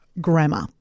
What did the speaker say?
grammar